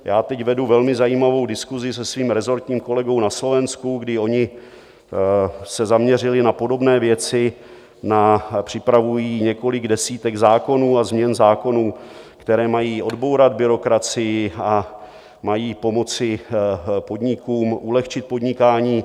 Já teď vedu velmi zajímavou diskusi se svým resortním kolegou na Slovensku, kdy oni se zaměřili na podobné věci, připravují několik desítek zákonů a změn zákonů, které mají odbourat byrokracii a mají pomoci podnikům ulehčit podnikání.